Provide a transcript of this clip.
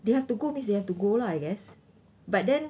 they have to go means they have to go lah I guess but then